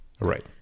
Right